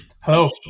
Hello